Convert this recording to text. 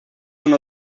uno